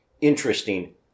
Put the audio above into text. interesting